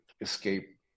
Escape